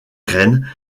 graine